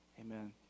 Amen